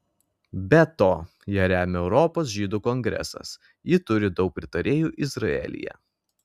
be to ją remia europos žydų kongresas ji turi daug pritarėjų izraelyje